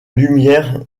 lumière